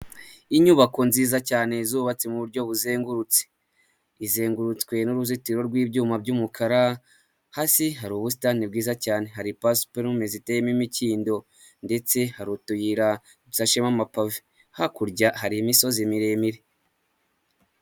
Inyubako nziza cyane zubatse mu buryo buzengurutse, izengurutswe n'uruzitiro rw'ibyuma by'umukara hasi hari ubusitani bwiza cyane hari pasiporume ziteyemo imikindo ndetse hari utuyira dushashemo amapave hakurya hari imisozi miremire.